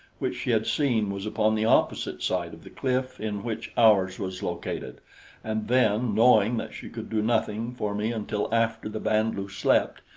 which she had seen was upon the opposite side of the cliff in which ours was located and then, knowing that she could do nothing for me until after the band-lu slept,